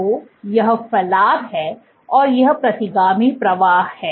तो यह फलाव है और यह प्रतिगामी प्रवाह है